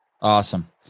awesome